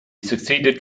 succeeded